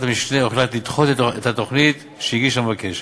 המשנה הוחלט לדחות את התוכנית שהגיש המבקש.